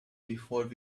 before